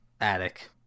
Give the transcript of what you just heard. attic